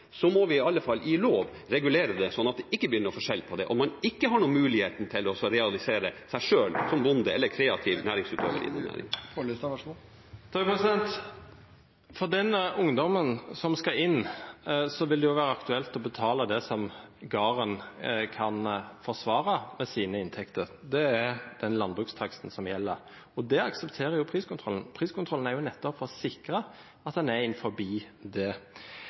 så må vi i alle fall i lov regulere det sånn at det ikke blir noen forskjell på det om man ikke har noen mulighet til å realisere seg selv som bonde eller kreativ næringsutvikler. For den ungdommen som skal inn, vil det jo være aktuelt å betale det som garden kan forsvare ved sine inntekter – det er den landbrukstaksten som gjelder. Og det aksepterer jo priskontrollen. Priskontrollen er nettopp for å sikre at en er innenfor det. Når man da skal ha et spredt privat eierskap, er det